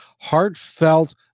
heartfelt